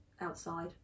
outside